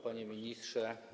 Panie Ministrze!